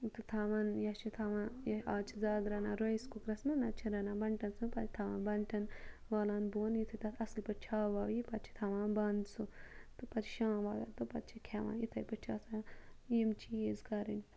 تہٕ تھاوان یا چھِ تھاوان یہِ آز چھِ زیادٕ رَنان رَایِس کُکرَس مَنٛز نَتہٕ چھِ رَنان بَنٹَنَس مَنٛز پتہٕ چھِ تھاوان بَنٹَن والان بۄن یُتھے تَتھ اَصل پٲٹھۍ چھاو واو یی پَتہٕ چھِ تھاوان بَنٛد سُہ تہٕ پَتہِ چھُ شام واتان تہٕ پَتہٕ چھِ کھیٚوان اِتھے پٲٹھۍ چھِ آسان یِم چیٖز کَرٕنۍ